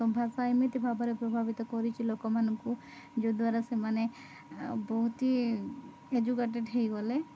ଭାଷା ଏମିତି ଭାବରେ ପ୍ରଭାବିତ କରିଛି ଲୋକମାନଙ୍କୁ ଯଦ୍ୱାରା ସେମାନେ ବହୁତ ହି ଏଜୁକେଟେଡ଼୍ ହୋଇଗଲେ